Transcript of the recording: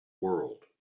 world